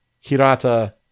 Hirata